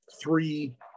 three